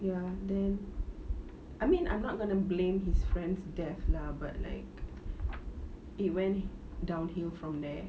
ya then I mean I'm not gonna blame his friend's death lah but like it went downhill from there